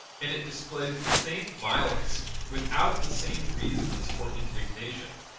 and it displays the same violence without the same reasons for indignation.